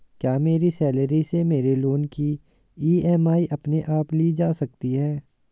क्या मेरी सैलरी से मेरे लोंन की ई.एम.आई अपने आप ली जा सकती है?